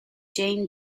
jane